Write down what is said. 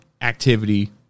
activity